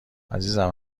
عزیزم